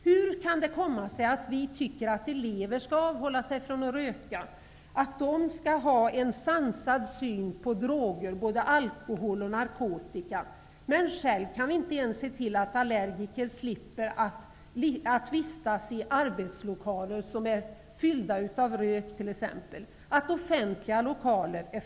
Hur kan det komma sig att vi tycker att elever skall avhålla sig från att röka, att de skall ha en sansad syn på droger, både alkohol och narkotika, men att vi själva inte ens kan se till att allergiker slipper att vistas i arbetslokaler och i offentliga lokaler som är fyllda av t.ex. rök?